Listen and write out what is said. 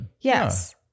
Yes